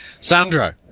Sandro